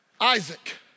Isaac